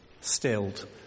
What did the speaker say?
stilled